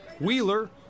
Wheeler